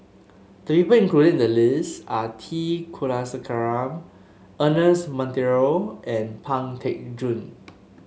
the people included in the list are T Kulasekaram Ernest Monteiro and Pang Teck Joon